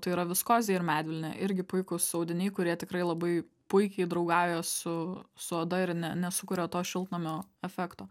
tai yra viskozė ir medvilnė irgi puikūs audiniai kurie tikrai labai puikiai draugauja su su oda ir ne nesukuria to šiltnamio efekto